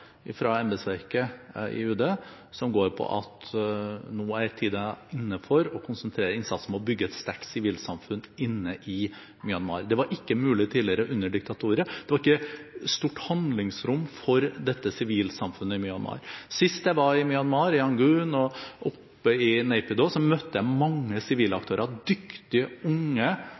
embetsverket i UD som går på at tiden nå er inne for å konsentrere innsatsen om å bygge et sterkt sivilsamfunn inne i Myanmar. Det var ikke mulig tidligere, under diktaturet. Det var ikke stort handlingsrom for dette sivilsamfunnet i Myanmar. Sist jeg var i Myanmar, i Yangon og i Naypyidaw, møtte jeg mange sivilaktører, dyktige unge